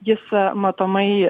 jis matomai